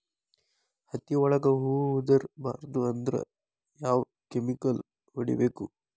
ಹತ್ತಿ ಒಳಗ ಹೂವು ಉದುರ್ ಬಾರದು ಅಂದ್ರ ಯಾವ ಕೆಮಿಕಲ್ ಹೊಡಿಬೇಕು?